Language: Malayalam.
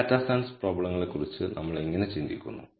ഈ ഡാറ്റാ സയൻസ് പ്രോബ്ലങ്ങളെക്കുറിച്ച് നമ്മൾ എങ്ങനെ ചിന്തിക്കുന്നു